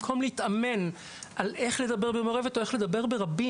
במקום להתאמן על איך לדבר במעורבות או איך לדבר ברבים.